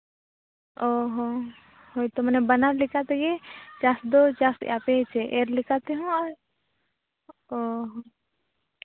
ᱚ ᱦᱚᱸ ᱦᱳᱭᱛᱳ ᱢᱟᱱᱮ ᱵᱟᱱᱟᱨ ᱞᱮᱠᱟ ᱛᱮᱜᱮ ᱪᱟᱥ ᱫᱚ ᱪᱟᱥ ᱮᱫᱼᱟ ᱯᱮ ᱦᱮᱸᱥᱮ ᱮᱨ ᱞᱮᱠᱟ ᱛᱮᱦᱚᱸ ᱟᱨ ᱚᱻ